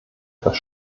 etwas